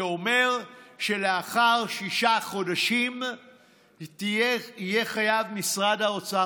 שאומר שלאחר שישה חודשים יהיה חייב משרד האוצר,